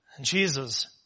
Jesus